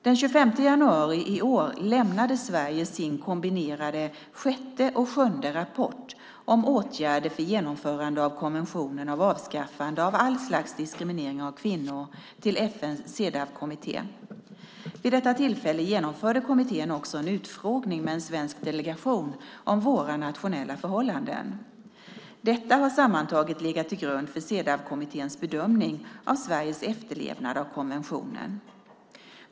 Den 25 januari i år lämnade Sverige sin kombinerade sjätte och sjunde rapport om åtgärder för genomförandet av konventionen av avskaffande av all slags diskriminering av kvinnor till FN:s Cedawkommitté. Vid detta tillfälle genomförde kommittén också en utfrågning med en svensk delegation om våra nationella förhållanden. Detta har sammantaget legat till grund för Cedawkommitténs bedömning av Sveriges efterlevnad av konventionen.